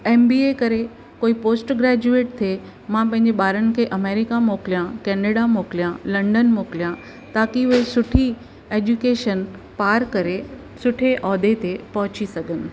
M B A करे कोई post graduate थिए मां पंहिंजे ॿारनि खे अमैरिका मोकलियां कैनेडा मोकलियां लंडन मोकलियां ताकी उहे सुठी ऐजुकेशन पार करे सुठे ओहदे ते पहुची सघनि